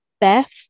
Beth